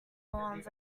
lawns